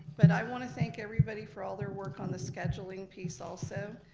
but i want to thank everybody for all their work on the scheduling piece also.